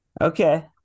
okay